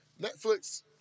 Netflix